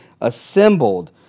assembled